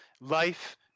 life